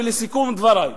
לסיכום דברי,